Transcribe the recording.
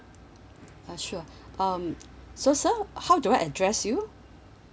ah sure um so sir how do I address you